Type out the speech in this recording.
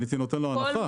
אני הייתי נותן לו הנחה.